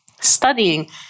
studying